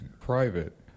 private